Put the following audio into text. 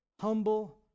humble